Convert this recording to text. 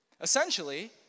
Essentially